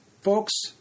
folks